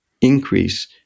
increase